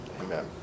Amen